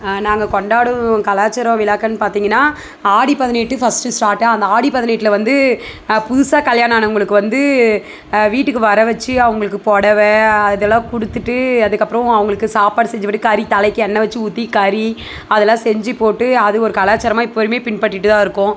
நாங்க கொண்டாடும் கலாச்சார விழாக்கன்னு பார்த்தீங்கன்னா ஆடி பதினெட்டு ஃபர்ஸ்ட்டு ஸ்டார்ட்டு அந்த ஆடி பதினெட்டில் வந்து புதுசாக கல்யாணம் ஆனவங்களுக்கு வந்து வீட்டுக்கு வர வச்சி அவங்களுக்கு பொடவ அதெல்லாம் கொடுத்துட்டு அதுக்கப்புறம் அவங்களுக்கு சாப்பாடு செஞ்சி போட்டு கறி தலைக்கு எண்ணெய் வச்சு ஊற்றி கறி அதெல்லாம் செஞ்சு போட்டு அது ஒரு கலாச்சாரமாக இப்போவுமே பின்பற்றிட்டுதான் இருக்கோம்